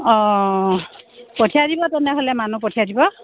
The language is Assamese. অ' পঠিয়াই দিব তেনেহ'লে মানুহ পঠিয়াই দিব